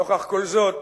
נוכח כל זאת,